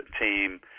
team